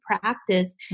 practice